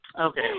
Okay